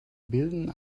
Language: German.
bilden